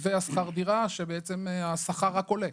בתקציבי שכר הדירה, השכר הכולל.